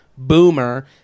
boomer